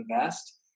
invest